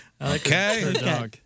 Okay